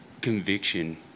conviction